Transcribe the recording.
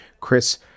Chris